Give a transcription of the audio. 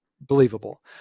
believable